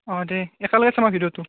অঁ দে একেলগে চাবা ভিডিঅ'টো